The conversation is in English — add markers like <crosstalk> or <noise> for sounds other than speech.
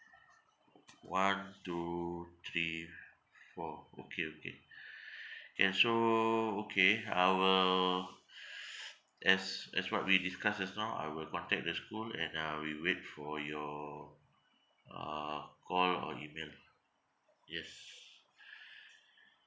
one two three four okay okay <breath> can so okay I will <breath> as as what we discussed just now I will contact the school and I will wait for your uh call or email lah yes <breath>